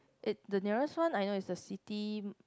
it the nearest one I know is the city